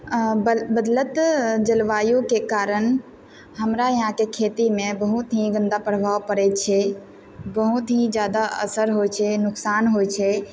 बदलतै जलवायुके कारण हमरा यहाँके खेतीमे बहुत ही गन्दा प्रभाव पड़ै छै बहुत ही जादा असर होइ छै नुकसान होइ छै